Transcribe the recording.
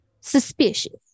suspicious